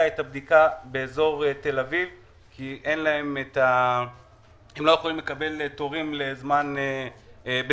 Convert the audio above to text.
את הבדיקה באזור תל אביב כי הם לא יכולים לקבל תורים בזמן סביר